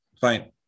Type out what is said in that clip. Fine